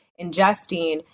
ingesting